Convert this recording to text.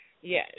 Yes